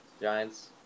Giants